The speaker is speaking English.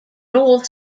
north